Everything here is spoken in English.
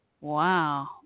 Wow